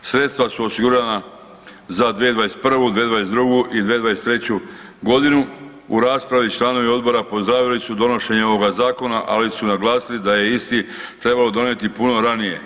Sredstva su osigurana za 2021., 2022. i 2023. g. U raspravi, članovi Odbora pozdravili su donošenje ovoga zakona, ali su naglasili da je isti trebalo donijeti puno ranije.